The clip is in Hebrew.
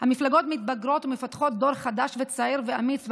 מתבגרות ומפתחות דור חדש וצעיר ואמיץ,